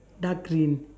dark green